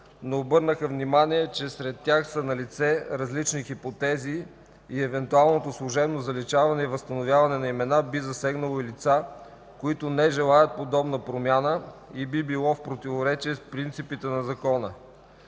но обърнаха внимание, че сред тях са налице различни хипотези и евентуалното служебно заличаване и възстановяване на имена, би засегнало и лица, които не желаят подобна промяна и би било в противоречие с принципите на закона.